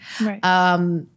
Right